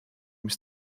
mis